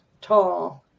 tall